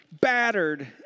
battered